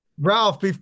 Ralph